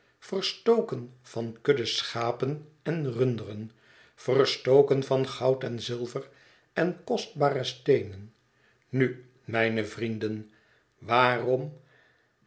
verstoken van kudden schapen en runderen verstoken van goud en zilver en kostbare steenen nu mijne vrienden waarom